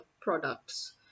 products